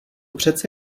přece